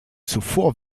zuvor